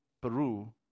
Peru